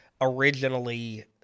originally